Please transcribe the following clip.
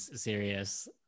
serious